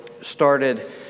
started